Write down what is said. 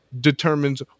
determines